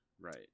right